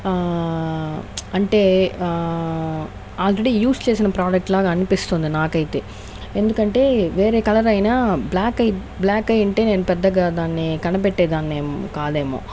అంటే already use చేసిన product లాగా అనిపిస్తుంది నాకైతే ఎందుకంటే వేరే కలర్ అయినా బ్లాక్ అయి బ్లాక్ అయి ఉంటే నేను పెద్దగా దాన్ని కనిపెట్టే దాన్నేమో కాదేమో